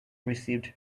received